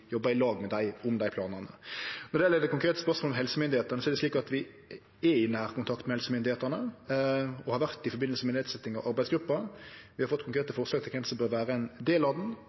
jobbar i lag med dei om dei planane. Når det gjeld det konkrete spørsmålet om helsemyndigheitene, er det slik at vi er i nær kontakt med helsemyndigheitene og har vore det i forbindelse med nedsetjing av arbeidsgruppa. Vi har fått konkrete forslag til kven som bør vere ein del av den,